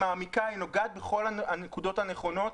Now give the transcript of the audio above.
מעמיקה שנוגעת בכל הנקודות הנכונות.